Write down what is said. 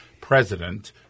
president